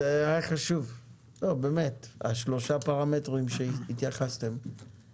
שלושת הפרמטרים שהתייחסתם אליהם